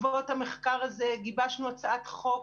בעקבות המחקר הזה גיבשנו הצעת חוק